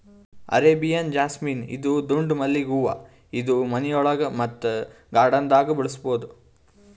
Arabian jasmine ಇದು ದುಂಡ್ ಮಲ್ಲಿಗ್ ಹೂವಾ ಇದು ಮನಿಯೊಳಗ ಮತ್ತ್ ಗಾರ್ಡನ್ದಾಗ್ ಬೆಳಸಬಹುದ್